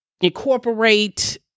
incorporate